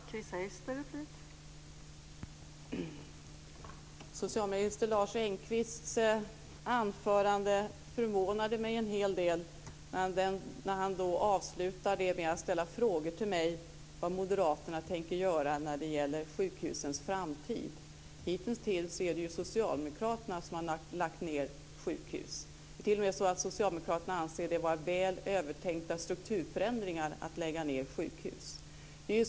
Fru talman! Socialminister Lars Engqvists anförande förvånade mig en hel del. Han avslutade det med att ställa frågor till mig om vad moderaterna tänker göra när det gäller sjukhusens framtid. Hitintills är det ju socialdemokraterna som har lagt ned sjukhus. Socialdemokraterna anser det t.o.m. vara väl övertänkta strukturförändringar att lägga ned sjukhus.